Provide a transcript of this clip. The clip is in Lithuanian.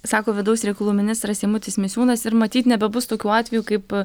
sako vidaus reikalų ministras eimutis misiūnas ir matyt nebebus tokių atvejų kaip